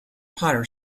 potter